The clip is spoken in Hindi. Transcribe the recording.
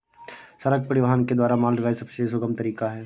सड़क परिवहन के द्वारा माल ढुलाई सबसे सुगम तरीका है